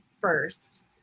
first